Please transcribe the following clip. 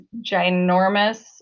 ginormous